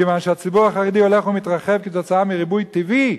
כיוון שהציבור החרדי הולך ומתרחב כתוצאה מריבוי טבעי.